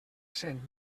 cent